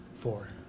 Four